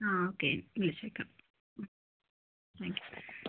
ആ ഓക്കെ വിളിച്ചേക്കാം thank you sir